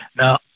Now